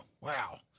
Wow